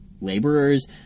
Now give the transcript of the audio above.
laborers